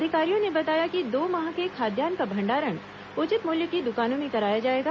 अधिकारियों ने बताया कि दो माह के खाद्यान्न का भण्डारण उचित मूल्य की दुकानों में कराया जाएगा